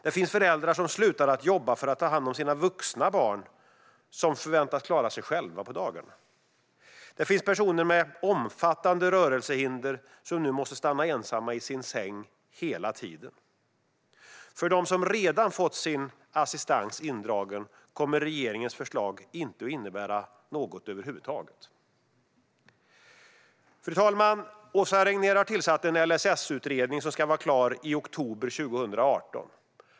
Det finns föräldrar som slutar jobba för att ta hand om sina vuxna barn som förväntas klara sig själva på dagarna. Det finns personer med omfattande rörelsehinder som nu måste stanna ensamma i sin säng hela tiden. För dem som redan har fått sin assistans indragen kommer regeringens förslag inte att innebära något över huvud taget. Fru talman! Åsa Regnér har tillsatt en LSS-utredning som ska vara klar i oktober 2018.